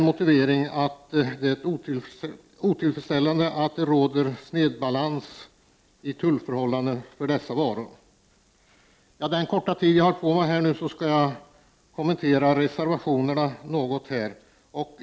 Motiveringen är den att det är otillfredsställande att få snedbalans i tullförhållandet för dessa varor. Under den korta tid jag har till mitt förfogande skall jag kommentera reservationerna.